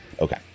Okay